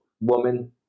woman